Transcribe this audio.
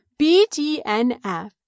BDNF